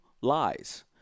lies